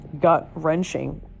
gut-wrenching